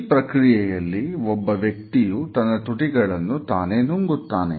ಈ ಪ್ರಕ್ರಿಯೆಯಲ್ಲಿ ಒಬ್ಬ ವ್ಯಕ್ತಿಯು ತನ್ನ ತುಟಿಗಳನ್ನು ತಾನೇ ನುಂಗುತ್ತಾನೆ